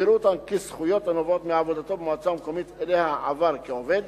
ויראו אותן כזכויות הנובעות מעבודתו במועצה המקומית שאליה עבר כעובד.